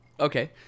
Okay